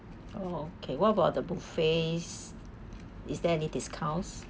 okay what about the buffets is there any discounts